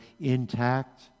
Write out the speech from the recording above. intact